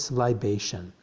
libation